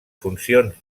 funcions